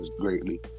greatly